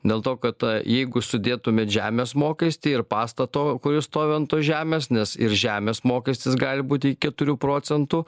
dėl to kad jeigu sudėtumėt žemės mokestį ir pastato kuris stovi ant tos žemės nes ir žemės mokestis gali būti iki keturių procentų